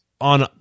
on